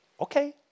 okay